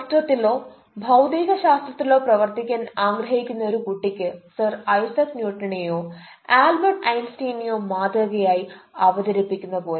ശാസ്ത്രത്തിലോ ഭൌതിക ശാസ്ത്രത്തിലോ പ്രവർത്തിക്കാൻ ആഗ്രഹിക്കുന്ന ഒരു കുട്ടിക്ക് സർ ഐസക് ന്യൂട്ടനെയോ ആൽബർട്ട് ഐൻസ്റ്റീനെയോ മാതൃകയായി അവതരിപ്പിക്കുന്ന പോലെ